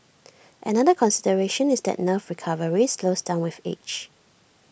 another consideration is that nerve recovery slows down with age